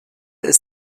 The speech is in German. ist